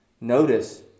Notice